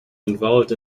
involved